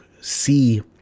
see